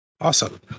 Awesome